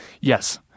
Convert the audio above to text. Yes